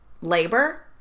labor